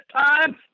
time